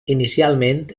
inicialment